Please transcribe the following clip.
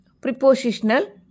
prepositional